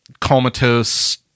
comatose